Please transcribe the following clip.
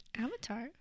Avatar